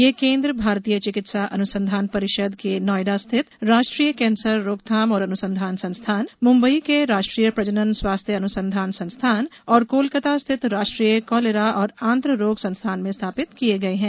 ये केन्द्र भारतीय चिकित्सा अनुसंघान परिषद के नोएडा स्थित राष्ट्रीय कैंसर रोकथाम और अनुसंघान संस्थान मुंबई के राष्ट्रीय प्रजनन स्वास्थ्य अनुसंधान संस्थान और कोलकाता स्थित राष्ट्रीय कॉलेरा और आंत्ररोग संस्थान में स्थापित किर्ये गए हैं